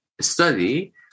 study